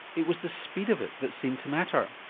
it was the speed of it that seemed to matter.